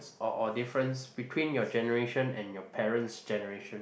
or or difference between your generation and your parents' generation